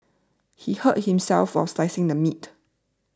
he hurt himself while slicing the meat